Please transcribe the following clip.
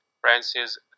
Francis